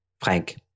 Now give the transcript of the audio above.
Frank